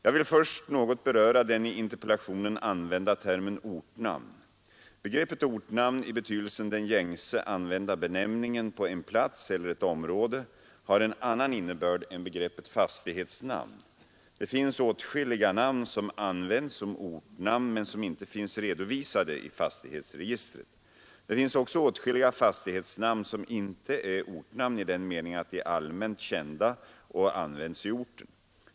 Jag vill först något beröra den i interpellationen använda termen ortnamn. Begreppet ortnamn i betydelsen den gängse använda benämningen på en plats eller ett område har en annan innebörd än begreppet fastighetsnamn. Det finns åtskilliga namn som används som ”ortnamn” men som inte finns redovisade i fastighetsregistret. Det finns också åtskilliga fastighetsnamn som inte är ortnamn i den meningen att de är allmänt kända och används i orten.